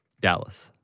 Dallas